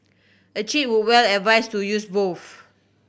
a cheat would well advise to use both